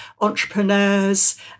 entrepreneurs